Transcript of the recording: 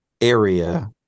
area